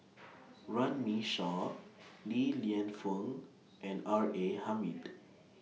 Runme Shaw Li Lienfung and R A Hamid